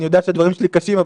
אני יודע שהדברים שלי קשים,